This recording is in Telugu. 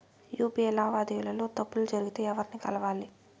యు.పి.ఐ లావాదేవీల లో తప్పులు జరిగితే ఎవర్ని కలవాలి?